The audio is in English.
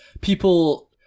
people